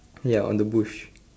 ya on the bush